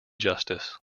justice